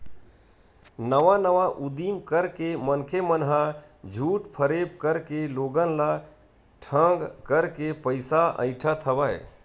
नवा नवा उदीम करके मनखे मन ह झूठ फरेब करके लोगन ल ठंग करके पइसा अइठत हवय